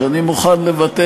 הספיק לו,